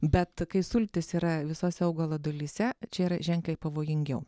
bet kai sultys yra visose augalo dalyse čia yra ženkliai pavojingiau